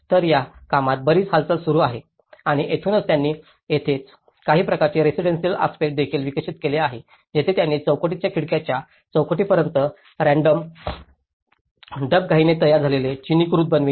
तर या कामात बरीच हालचाल सुरू आहे आणि येथूनच त्यांनी तेथील काही प्रकारचे रेसिडेंटिअल आस्पेक्टस देखील विकसित केले आहेत जिथे त्यांनी चौकटीच्या खिडकीच्या चौकटीपर्यंत रॅन्डम डबघाईने तयार झालेल्या चिनाकृती बनविल्या